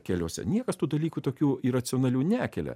keliuose niekas tų dalykų tokių iracionalių nekelia